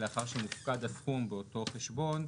לאחר שמופקד הסכום באותו חשבון,